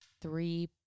three